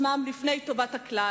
עצמם לפני טובת הכלל,